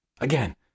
Again